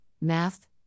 Math